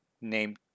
Name